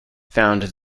found